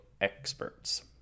experts